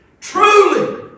Truly